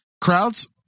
Crowds